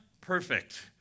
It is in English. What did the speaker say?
perfect